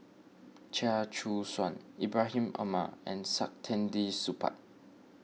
Chia Choo Suan Ibrahim Omar and Saktiandi Supaat